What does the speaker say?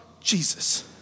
Jesus